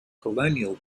colonial